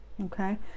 Okay